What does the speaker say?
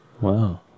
Wow